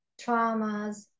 traumas